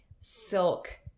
Silk